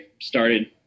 started